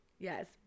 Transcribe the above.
Yes